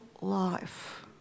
life